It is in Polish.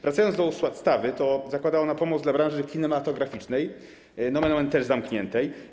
Wracając do ustawy: zakłada ona pomoc dla branży kinematograficznej, nomen omen też zamkniętej.